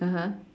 (uh huh)